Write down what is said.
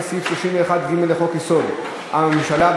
לפי סעיף 31(ג) לחוק-יסוד: הממשלה,